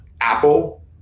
apple